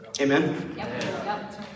Amen